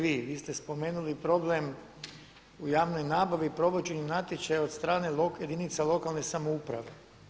Vi ste spomenuli problem u javnoj nabavi, provođenju natječaja od strane jedinica lokalne samouprave.